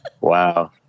Wow